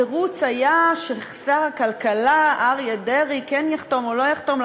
התירוץ היה ששר הכלכלה אריה דרעי כן יחתום או לא יחתום,